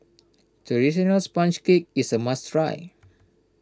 Traditional Sponge Cake is a must try